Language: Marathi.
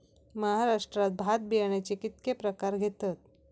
महाराष्ट्रात भात बियाण्याचे कीतके प्रकार घेतत?